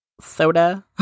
soda